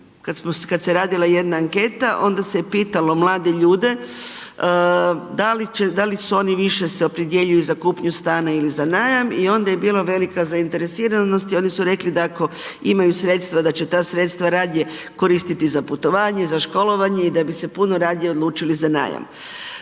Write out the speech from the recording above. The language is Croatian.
kada se radila jedna anketa, onda se je pitalo mlade ljude, da li se oni više opredjeljuju za kupnju stana ili za najam i onda je bila velika zainteresiranost i oni su rekli da ako imaju sredstva, da će ta sredstva koristiti za putovanje, za školovanje i da bi se puno radije odlučili za najam.